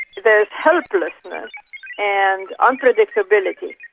there's helplessness and unpredictability,